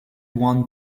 one